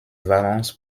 valence